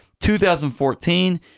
2014